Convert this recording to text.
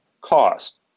cost